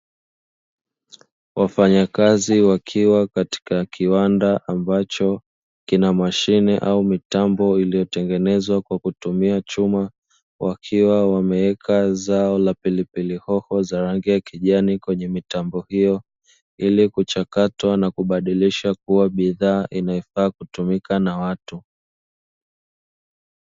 Wafanyakazi wakiwa katika kiwanda ambacho, kina mashine au mitambo iliyotengenezwa kwa kutumia chuma, wakiwa wameweka zao la pilipili hoho za rangi ya kijani kwenye mitambo hiyo, ili kuchakatwa na kubadilisha kuwa bidhaa inayofaa kutumika na watu.